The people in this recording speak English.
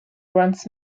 runs